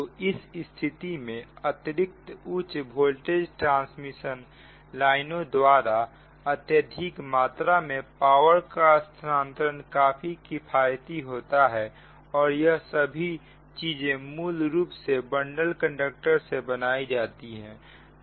तो इस स्थिति में अतिरिक्त उच्च वोल्टेज ट्रांसमिशन लाइनों द्वारा अत्यधिक मात्रा में पावर का स्थानांतरण काफी किफायती होता है और यह सभी चीजें मूल रूप से बंडल कंडक्टर से बनाई जाती है